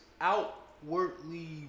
outwardly